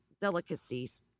delicacies